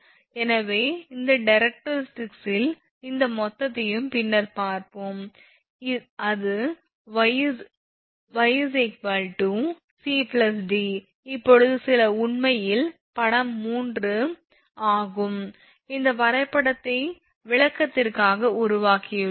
எனவே இந்த டைரக்ட்ரிக்ஸிலிருந்து இந்த மொத்தத்தையும் பின்னர் பார்ப்போம் அது 𝑦 𝑐𝑑 இப்போது இது உண்மையில் படம் 3 ஆகும் இந்த வரைபடத்தை விளக்கத்திற்காக உருவாக்கியுள்ளோம்